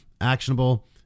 actionable